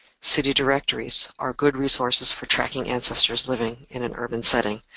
city directories are good resources for tracking ancestors living in an urban setting,